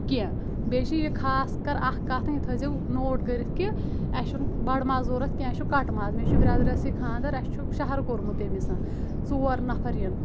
کینٛہہ بیٚیہِ چھِ یہِ خاص کر اکھ کتھ یہِ تھٲیزیو نوٹ کٔرتھ کہِ اسہِ چھُنہٕ بڑٕ ماز ضروٗرت کینٛہہ اسہِ چھُ کٹہٕ ماز مےٚ چھُ برٛیدرس یہِ خانٛدر اسہِ چھُ شہرٕ کوٚرمُت تٔمِس ژور نفر یِن